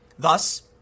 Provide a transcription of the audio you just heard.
thus